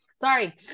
sorry